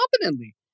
competently